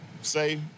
say